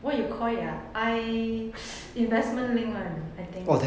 what you call it ah i~ investment link [one] I think